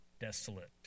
desolate